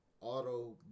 auto